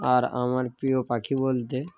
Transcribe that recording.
আর আমার প্রিয় পাখি বলতে